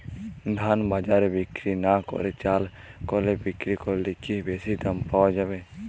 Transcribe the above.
ধান বাজারে বিক্রি না করে চাল কলে বিক্রি করলে কি বেশী দাম পাওয়া যাবে?